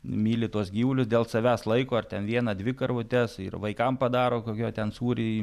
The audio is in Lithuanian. myli tuos gyvulius dėl savęs laiko ar ten vieną dvi karvutes ir vaikam padaro kokio ten sūrį į